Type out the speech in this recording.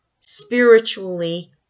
spiritually